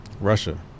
Russia